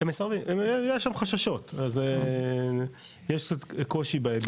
הם מסרבים, יש שם חששות, יש קצת קושי בהיבט הזה.